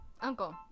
uncle